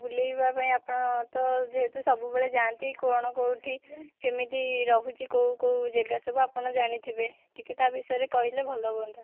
ବୁଲାଇବା ପାଇଁ ଆପଣ ତ ଯେହେତୁ ସବୁବେଳେ ଯାଆନ୍ତି କ'ଣ କେଉଁଠି କେମିତି ରହୁଚି କେଉଁ କେଉଁ ଜାଗା ସବୁ ଆପଣ ଜାଣିଥିବେ ଟିକେ ତା' ବିଷୟରେ କହିଲେ ଭଲ ହୁଅନ୍ତା